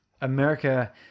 America